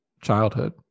childhood